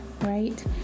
right